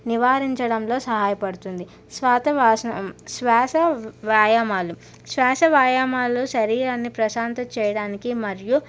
నివారించడంలో సహాయపడుతుంది స్వాత వాసన శ్వాస వ్యాయామాలు శ్వాస వ్యాయామాలు శరీరాన్ని ప్రశాంతత చేయడానికి మరియు